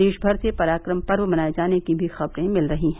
देश भर से पराक्रम पर्व मनाये जाने की खबरें मिल रही हैं